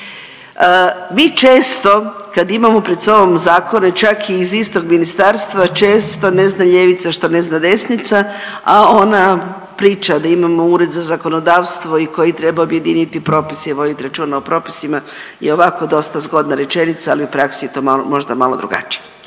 Mi često kad imamo pred sobom zakone čak i iz istog ministarstva, često ne zna ljevica što ne zna desnica, a ona priča da imamo Ured za zakonodavstvo i koji treba objediniti propise i voditi računa o propisima i ovako dosta zgodna rečenica, ali u praksi je to možda malo drugačije.